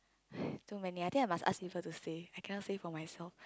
too many I think I must ask people to say I cannot say for myself